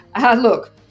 Look